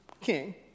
king